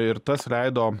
ir tas leido